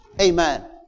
Amen